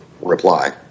reply